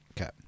Okay